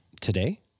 Today